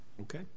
okay